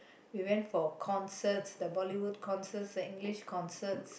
we went for concerts the Bollywood concerts the English concerts